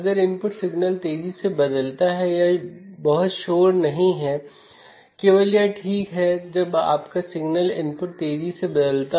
अब इस differential amplifier में लाभ और अतिरिक्त इनपुट बफ़र सेट करें